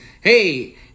Hey